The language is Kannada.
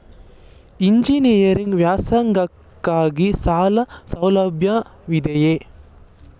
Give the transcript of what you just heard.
ಎಂಜಿನಿಯರಿಂಗ್ ವ್ಯಾಸಂಗಕ್ಕಾಗಿ ಸಾಲ ಸೌಲಭ್ಯವಿದೆಯೇ?